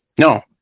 No